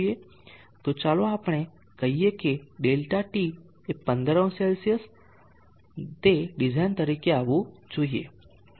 તો ચાલો આપણે કહીએ કે ΔT એ 150C તે ડિઝાઇન તરીકે આવવું જોઈએ